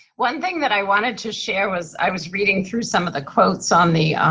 one thing that i wanted to share was i was reading through some of the quotes on the